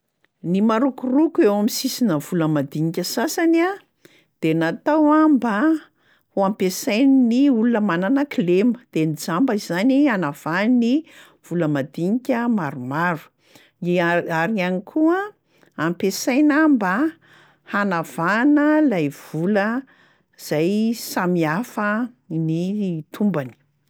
Ny marokoroko eo amy sisinà vola madinika sasany a de natao a mba ho ampiasain'ny olona manana kilema de ny jamba izany anavahany ny vola madinika maromaro, ny a- ary ihany koa ampiasaina mba hanavahana lay vola zay samihafa ny tombany.